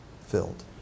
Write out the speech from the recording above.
filled